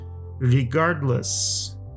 regardless